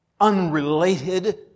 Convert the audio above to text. unrelated